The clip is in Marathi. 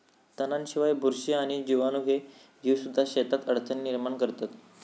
तणांशिवाय, बुरशी आणि जीवाणू ह्ये जीवसुद्धा शेतात अडचणी निर्माण करतत